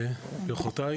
בהצלחה,